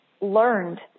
learned